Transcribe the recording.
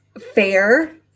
fair